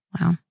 Wow